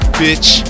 bitch